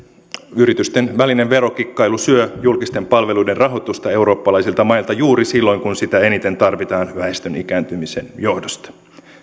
yritysten välinen verokikkailu syö julkisten palveluiden rahoitusta eurooppalaisilta mailta juuri silloin kun julkisia palveluja eniten tarvitaan väestön ikääntymisen johdosta